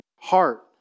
heart